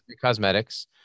cosmetics